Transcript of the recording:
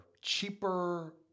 cheaper